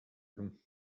long